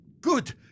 Good